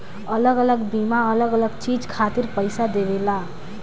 अलग अलग बीमा अलग अलग चीज खातिर पईसा देवेला